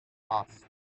asked